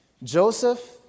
Joseph